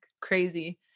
Crazy